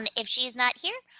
and if she's not here,